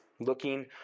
looking